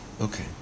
Okay